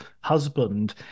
husband